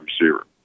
receiver